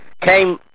came